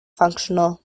functional